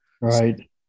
Right